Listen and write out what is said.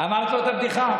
אמרת לו את הבדיחה?